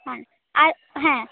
হ্যাঁ আর হ্যাঁ